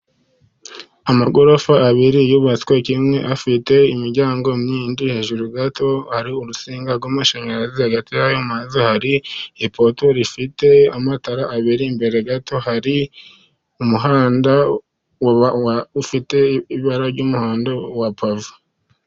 Amagorofa abiri yubatswe kimwe, afite imiryango myinshi. Hejuru gato hari urutsinga rw’amashanyarazi hagati yayo mazu, hari ipoto rifite amatara abiri. Imbere gato hari umuhanda ufite ibara ry’umuhondo wa pave.